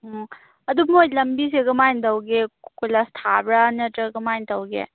ꯎꯝ ꯑꯗꯨ ꯃꯣꯏ ꯂꯝꯕꯤꯁꯦ ꯀꯃꯥꯏꯅ ꯇꯧꯒꯦ ꯀꯣꯏꯂꯥꯁ ꯊꯥꯕ꯭ꯔꯥ ꯅꯠꯇ꯭ꯔꯒ ꯀꯃꯥꯏꯅ ꯇꯧꯒꯦ